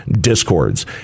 discords